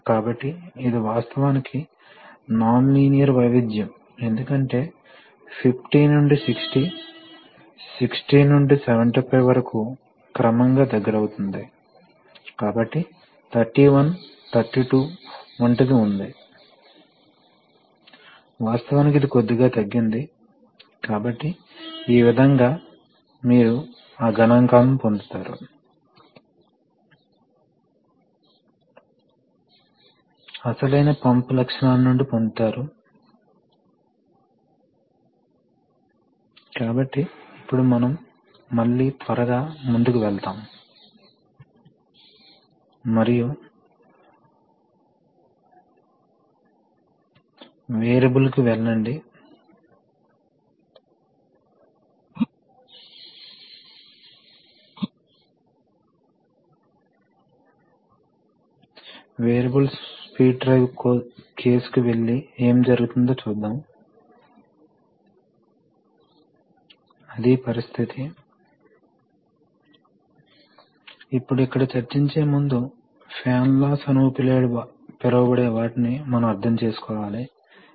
కాబట్టి ఇది compressed air source అని అనుకుందాం కాబట్టి మనం ఇప్పుడు చూసినట్లుగా మొదట అక్కడ నుండి సాధారణంగా అనేక రకాల పరికరాలకు ఎయిర్ సరఫరాను అందించే ఒక రకమైన డ్యూయెట్ లేదా బస్ రన్ అవుతుంది మరియు మొదట ఈ పరికరాలన్నీ ఒకే స్థాయిలో అదే ప్రెజర్ తో పనిచేయకపోవచ్చు కాబట్టి వాటిలో కొన్ని 50 పిఎస్ఐ కొన్ని 120 పిఎస్ఐ వద్ద పని చేస్తాయి అని చెప్పనివ్వండి కాబట్టి వాస్తవం ఏమిటంటే న్యూమాటిక్ సిస్టం ఎందుకు చౌకగా ఉందని మేము చెప్పామంటే మీరు ఒక కంప్రెసర్ ను ఉపయోగించబోతున్నారు కాబట్టి కంప్రెసర్ ఖర్చు విభజించబోతోంది కాబట్టి వీటి అవసరం ఉన్నందున ఇవి వేర్వేరు ప్రెషర్ అవసరం